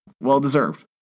well-deserved